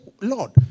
Lord